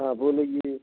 हाँ बोलिए